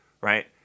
right